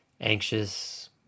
anxious